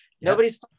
Nobody's